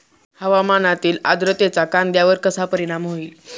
हवामानातील आर्द्रतेचा कांद्यावर कसा परिणाम होईल?